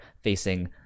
facing